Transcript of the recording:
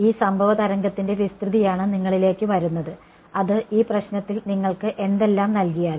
ഈ സംഭവ തരംഗത്തിന്റെ വിസ്തൃതിയാണ് നിങ്ങളിലേക്ക് വരുന്നത് അത് ഈ പ്രശ്നത്തിൽ നിങ്ങൾക്ക് എന്തെല്ലാം നൽകിയാലും